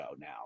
now